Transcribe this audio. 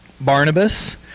Barnabas